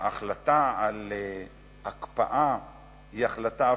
ההחלטה על הקפאה היא החלטה הפיכה,